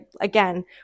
again